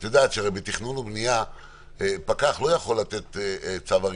את הרי יודעת שבתכנון ובנייה פקח לא יכול לתת צו הריסה.